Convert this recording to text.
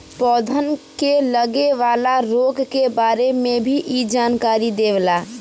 पौधन के लगे वाला रोग के बारे में भी इ जानकारी देवला